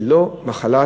זו לא מחלה,